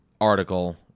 article